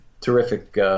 terrific